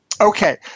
Okay